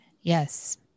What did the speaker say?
Yes